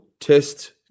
test